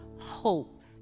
hope